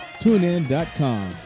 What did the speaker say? TuneIn.com